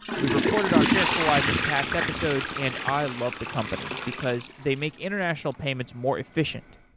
we reported on transferwise in past episodes and i love the company because they make international payments more efficient.